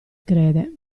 crede